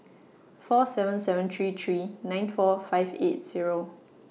four seven seven three three nine four five eight Zero